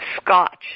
scotch